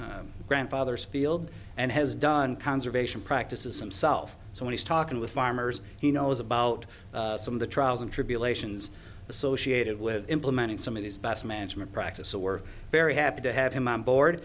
farms grandfather's field and has done conservation practices and self so when he's talking with farmers he knows about some of the trials and tribulations associated with implementing some of these best management practice so we're very happy to have him on board